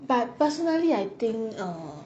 but personally I think um